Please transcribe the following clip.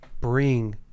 bring